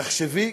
תחשבי,